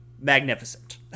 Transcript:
magnificent